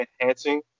enhancing